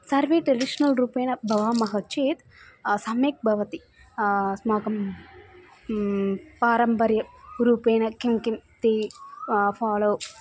सर्वे ट्रेडिशनल् रूपेण भवामः चेत् सम्यक् भवति अस्माकं परम्परायाः रूपेण किं किं ते फ़ालो